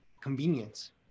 convenience